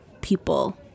people